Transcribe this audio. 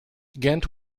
ghent